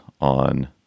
on